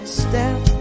step